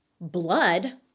blood